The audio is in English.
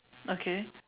okay